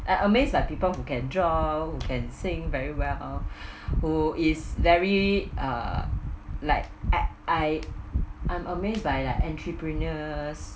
I I amazed by people who can draw who can sing very well who is very uh like act I I'm amazed by like entrepreneurs